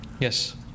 Yes